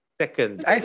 second